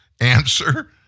Answer